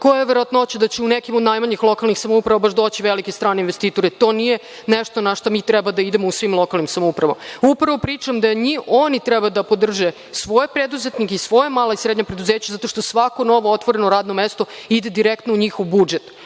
koja je verovatnoća da će u neku od najmanjih lokalnih samouprava upravo baš doći veliki strani investitor? To nije nešto na šta treba da idemo u svim lokalnim samoupravama. Upravo pričam da oni treba da podrže svoje preduzetnike i svoja mala i srednja preduzeća, zato što svako novootvoreno radno mesto ide direktno u njihov budžet.